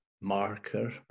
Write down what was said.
marker